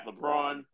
LeBron